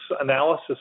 analysis